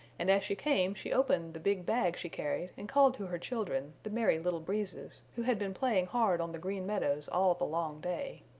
and as she came she opened the big bag she carried and called to her children, the merry little breezes, who had been playing hard on the green meadows all the long day.